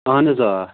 اَہن حظ آ